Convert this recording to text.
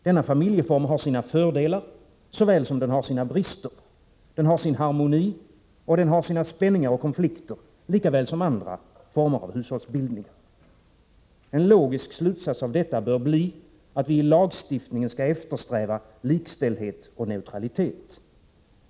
Denna familjeform har sina fördelar och brister, den har sin harmoni, sina spänningar och sina konflikter, lika väl som andra former av hushållsbildningar. En logisk slutsats av detta bör bli att vi i lagstiftningen skall eftersträva likställdhet och neutralitet.